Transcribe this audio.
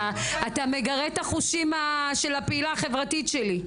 אתה מגרה את החושים של הפעילה החברתית שלי.